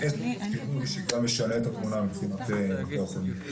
--- וגם תשנה את התמונה מבחינת בתי החולים.